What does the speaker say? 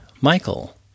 Michael